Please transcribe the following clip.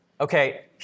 okay